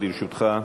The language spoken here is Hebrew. לרשותך.